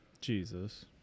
Jesus